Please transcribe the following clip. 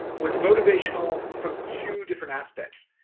was motivational from two different aspects.